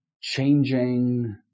changing